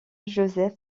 joseph